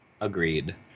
Agreed